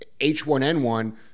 H1N1